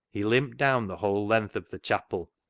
he limped down the whole length of the chapel,